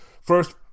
First